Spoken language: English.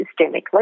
systemically